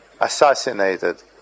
assassinated